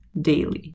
daily